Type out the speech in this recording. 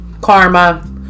karma